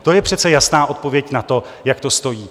To je přece jasná odpověď na to, jak to stojí.